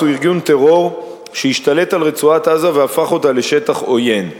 ה'חמאס' הוא ארגון טרור שהשתלט על רצועת-עזה והפך אותה לשטח עוין.